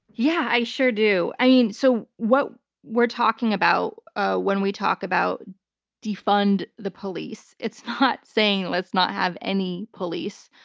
yeah, i sure do. and so what we're talking about ah when we talk about defund the police, it's not saying let's not have any police.